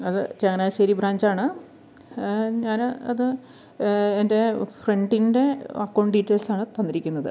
അത് ചങ്ങനാശ്ശേരി ബ്രാഞ്ചാണ് ഞാൻ അത് എൻ്റെ ഫ്രണ്ടിൻ്റെ അക്കൗണ്ട് ഡീറ്റെയിൽസാണ് തന്നിരിക്കുന്നത്